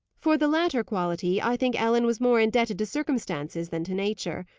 for the latter quality i think ellen was more indebted to circumstances than to nature.